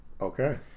Okay